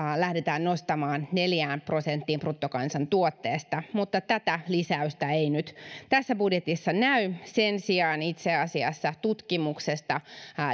lähdetään nostamaan neljään prosenttiin bruttokansantuotteesta mutta tätä lisäystä ei nyt tässä budjetissa näy sen sijaan itse asiassa tutkimuksesta